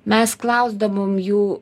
mes klausdavom jų